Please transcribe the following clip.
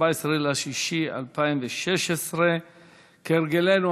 14 ביוני 2016. כהרגלנו,